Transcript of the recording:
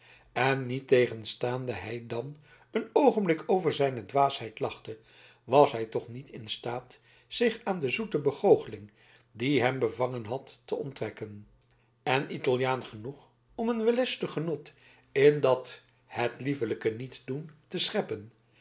en niettegenstaande hij dan een oogenblik over zijne dwaasheid lachte was hij toch niet in staat zich aan de zoete begoocheling die hem bevangen had te onttrekken en italiaan genoeg om een wellustig genot in dat dolce far niente te scheppen